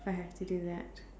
I had to do that